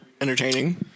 entertaining